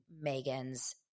Megan's